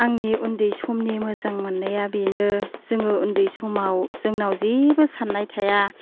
आंनि उन्दै समनि मोजां मोननाया बेनो जोङो उन्दै समाव जोंनाव जेबो साननाय थाया